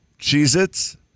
Cheez-Its